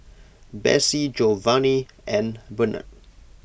Bessie Jovany and Bernard